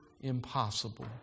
impossible